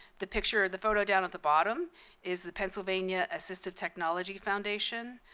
the picture the photo down at the bottom is the pennsylvania assistive technology foundation.